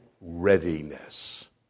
readiness